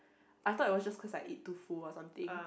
I thought it was just cause like I eat too full or something